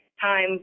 time